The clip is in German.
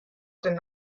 sind